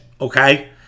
okay